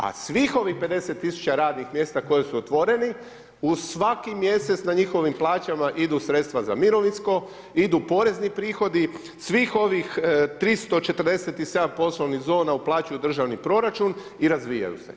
A svih ovih 50 tisuća radnih mjesta koje su otvoreni u svaki mjesec na njihovim plaćama idu sredstva za mirovinsko, idu porezni prihodi, svih ovim 347 poslovnih zona uplaćuju u državni proračun i razvijaju se.